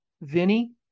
Vinny